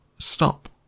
Stop